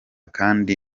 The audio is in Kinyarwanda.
kandi